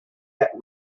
yet